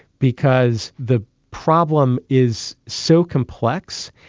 because the problem is so complex,